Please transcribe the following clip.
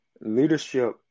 Leadership